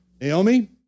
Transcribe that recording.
Naomi